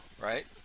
right